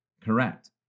Correct